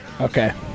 Okay